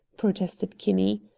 protested kinney.